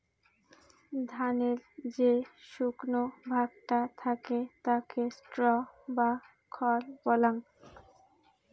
ধানের যে শুকনো ভাগটা থাকে তাকে স্ট্র বা খড় বলাঙ্গ